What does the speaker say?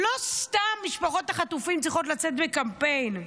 לא סתם משפחות החטופים צריכות לצאת בקמפיין,